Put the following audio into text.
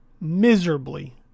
Miserably